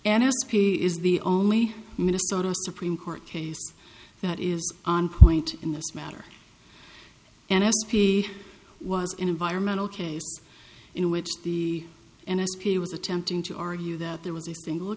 and p is the only minnesota supreme court case that is on point in this matter and p was an environmental case in which the n s p was attempting to argue that there was a single